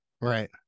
right